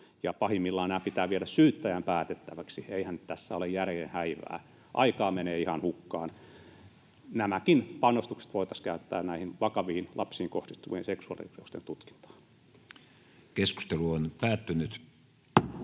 pahimmillaan nämä pitää viedä syyttäjän päätettäväksi. Eihän tässä ole järjen häivää, aikaa menee ihan hukkaan. Nämäkin panostukset voitaisiin käyttää näiden vakavien lapsiin kohdistuvien seksuaalirikosten tutkintaan.